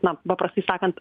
na paprastai sakant